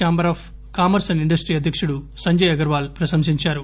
chamber of commerce and industry అధ్యకుడు సంజయ్ అగర్వాల్ ప్రశంసించారు